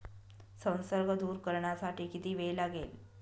संसर्ग दूर करण्यासाठी किती वेळ लागेल?